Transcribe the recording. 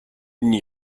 n’y